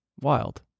wild